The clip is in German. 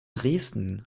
dresden